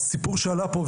הסיפור שעלה פה,